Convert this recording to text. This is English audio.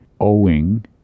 owing